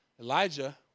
Elijah